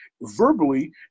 verbally